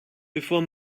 bevor